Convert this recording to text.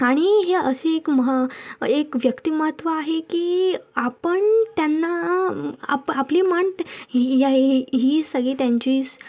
आणि ही अशी एक मह एक व्यक्तिमत्व आहे की आपण त्यांना आ आपली मान हि ए इ ही सगळी त्यांचीच